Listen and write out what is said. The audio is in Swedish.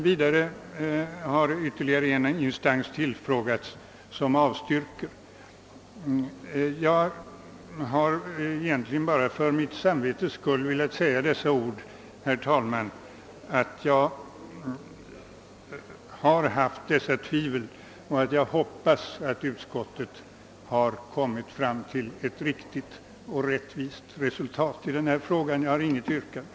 Vidare har ytterligare en instans tillfrågats, som likaledes har avstyrkt. Jag har egentligen bara för mitt samvetes skull velat säga att jag har haft vissa tvivel, och jag hoppas att utskottet nu har kommit fram till ett riktigt och rättvist resultat i denna fråga. Herr talman! Jag har inte något yrkande.